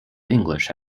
english